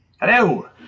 Hello